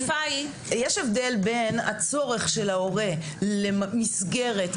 בין הצורך של ההורה למסגרת,